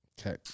Okay